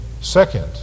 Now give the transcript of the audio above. second